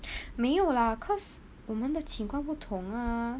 没有 lah cause 我们的情况不同啊